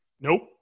Nope